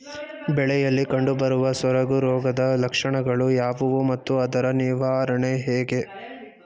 ಬೆಳೆಯಲ್ಲಿ ಕಂಡುಬರುವ ಸೊರಗು ರೋಗದ ಲಕ್ಷಣಗಳು ಯಾವುವು ಮತ್ತು ಅದರ ನಿವಾರಣೆ ಹೇಗೆ?